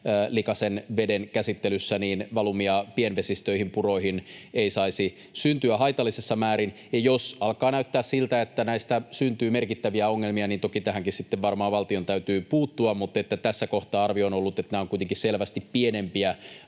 likaisen veden käsittelyssä, valumia pienvesistöihin ja puroihin ei saisi syntyä haitallisessa määrin. Jos alkaa näyttää siltä, että näistä syntyy merkittäviä ongelmia, niin toki tähänkin sitten varmaan valtion täytyy puuttua, mutta tässä kohtaa arvio on ollut, että nämä ovat kuitenkin selvästi pienempiä